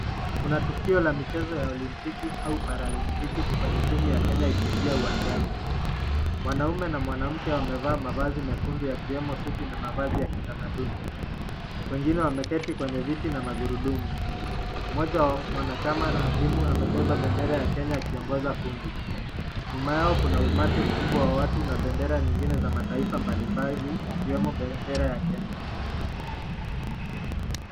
Kuna tukio la michezo ya olimpiki au paralympiki kwenye timu ya kenya ikiingia uwanjani. Mwnaume na mwanamke wamevaa mavazi nyekundu yakiwemo suti na mavazi ya kitamaduni. Wengine wameketi kwenye viti la magurudumu mmoja wao na mwanachama wa timu amebeba bendera ya kenya akiongoza kundi nyuma yao kuna umati mkubwa wa watu na bendera zingine za mataifa mbalimbali yakiwemo bendera ya kenya.